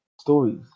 stories